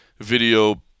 video